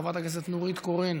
חברת הכנסת נורית קורן,